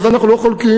בזה אנחנו לא חלוקים.